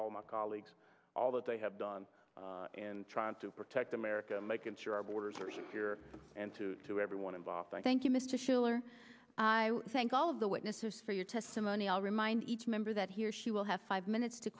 all my colleagues all that they have done and trying to protect america making sure our borders are secure and to to everyone involved i thank you mr shuler i thank all of the witnesses for your testimony i'll remind each member that he or she will have five minutes to